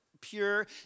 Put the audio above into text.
pure